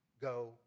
go